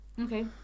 Okay